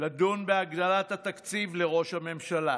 לדון בהגדלת התקציב לראש הממשלה?